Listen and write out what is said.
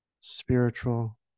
spiritual